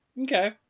okay